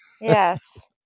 Yes